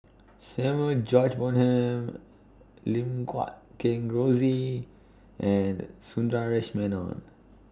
Samuel George Bonham Lim Guat Kheng Rosie and Sundaresh Menon